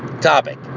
topic